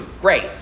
great